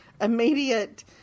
immediate